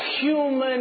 human